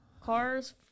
cars